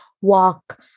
walk